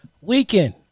Weekend